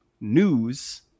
news